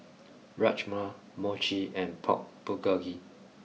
Rajma Mochi and Pork Bulgogi